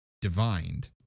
divined